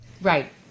Right